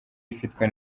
ifitwe